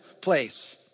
place